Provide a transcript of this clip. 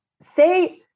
Say